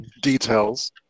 details